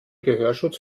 gehörschutz